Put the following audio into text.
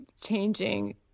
changing